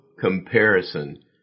comparison